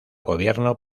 gobierno